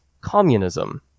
communism